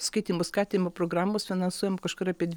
skaitymo skatinimo programos finansuojam kažkur apie